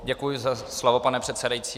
Děkuji za slovo, pane předsedající.